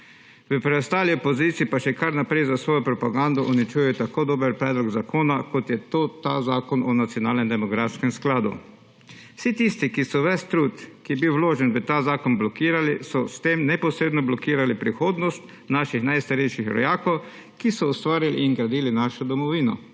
V preostali opoziciji pa še kar naprej za svojo propagando uničujejo tako dober predlog zakona, kot je ta zakon o nacionalnem demografskem skladu. Vsi tisti, ki so ves trud, ki je bil vložen v ta zakon, blokirali, so s tem neposredno blokirali prihodnost naših najstarejših rojakov, ki so ustvarili in gradili našo domovino.